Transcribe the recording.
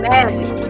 Magic